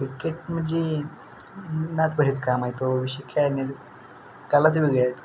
cricket म्हणजे नात बरेच काम आहेत तो विषय खेळणे कालच वेगळ्यात